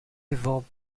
evolved